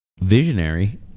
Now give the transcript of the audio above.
visionary